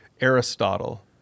Aristotle